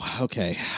okay